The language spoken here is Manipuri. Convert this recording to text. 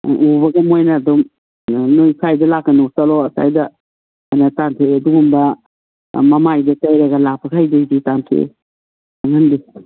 ꯎꯕꯒ ꯃꯣꯏꯅ ꯑꯗꯨꯝ ꯅꯣꯏ ꯁ꯭ꯋꯥꯏꯗ ꯂꯥꯛꯀꯅꯨ ꯆꯠꯂꯣ ꯑꯁ꯭ꯋꯥꯏꯗꯑꯅ ꯇꯥꯟꯊꯣꯛꯑꯦ ꯑꯗꯨꯒꯨꯝꯕ ꯃꯃꯥꯏꯗ ꯇꯩꯔꯒ ꯂꯥꯛꯄ ꯈꯔꯗꯤ ꯑꯗꯨꯝ ꯇꯥꯟꯊꯣꯛꯑꯦ ꯆꯪꯍꯟꯗꯦ